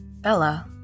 Bella